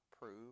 prove